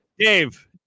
Dave